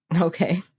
Okay